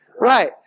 Right